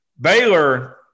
Baylor